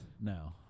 No